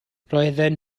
roedden